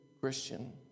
Christian